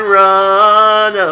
run